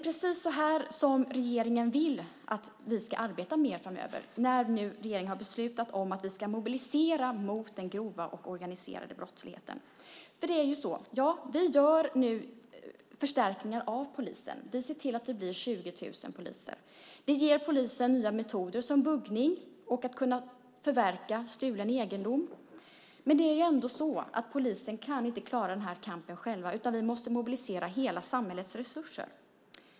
Precis så vill regeringen att vi ska arbeta mer framöver när nu regeringen har beslutat att vi ska mobilisera mot den grova och organiserade brottsligheten. Nu förstärker vi polisen. Vi ser till att det blir 20 000 poliser. Vi ger polisen nya metoder som buggning och möjlighet att förverka stulen egendom. Men polisen kan inte klara den här kampen själv. Vi måste mobilisera hela samhällets resurser.